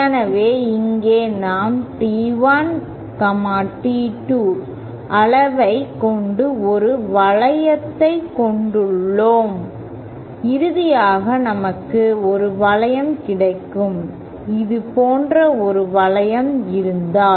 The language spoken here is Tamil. எனவே இங்கே நாம் T1 T2 அளவைக் கொண்ட ஒரு வளையத்தைக் கொண்டுள்ளோம் இறுதியாக நமக்கு ஒரு வளையம் கிடைக்கும் இது போன்ற ஒரு வளையம் இருந்தால்